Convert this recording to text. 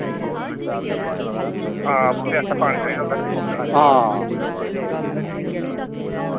बूह्टे आस्तै पानी देना होंदा नी मौके दा आं